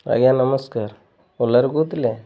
ଆଜ୍ଞା ନମସ୍କାର ଓଲାରୁ କହୁଥିଲେ